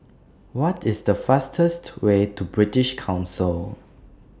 What IS The fastest Way to British Council